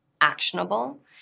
actionable